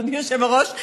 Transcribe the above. אדוני היושב-ראש,